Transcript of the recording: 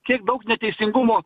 kiek daug neteisingumo